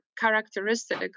characteristic